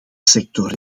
sector